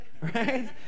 right